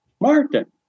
Martin